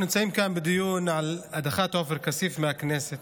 אנחנו נמצאים כאן בדיון על הדחת עופר כסיף מהכנסת,